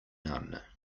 none